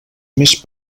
més